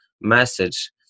message